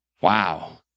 Wow